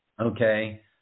Okay